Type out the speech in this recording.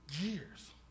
years